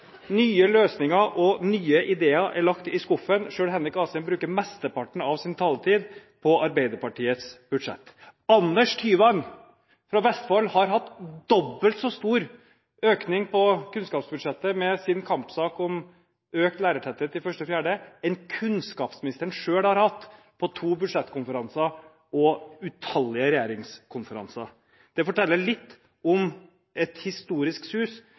Nye løsninger og nye ideer er lagt i skuffen. Selv Henrik Asheim bruker mesteparten av sin taletid på Arbeiderpartiets budsjett. Anders Tyvand fra Vestfold har fått dobbelt så stor økning på kunnskapsbudsjettet med sin kampsak om økt lærertetthet på 1.–4. trinn enn det kunnskapsministeren selv har hatt på to budsjettkonferanser og utallige regjeringskonferanser. Det forteller litt om at det en historisk svak kunnskapsminister som legger fram et